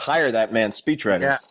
hire that man's speechwriter.